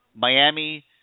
Miami